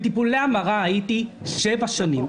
בטיפולי המרה הייתי במשך שבע שנים.